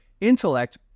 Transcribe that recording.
Intellect